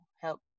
help